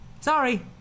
sorry